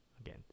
again